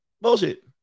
Bullshit